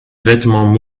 vêtements